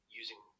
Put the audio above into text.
using